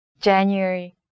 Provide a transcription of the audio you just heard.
January